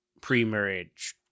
pre-marriage